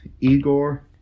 Igor